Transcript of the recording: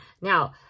Now